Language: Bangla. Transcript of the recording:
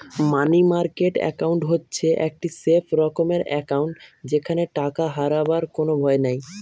মানি মার্কেট একাউন্ট হচ্ছে একটি সেফ রকমের একাউন্ট যেখানে টাকা হারাবার কোনো ভয় নাই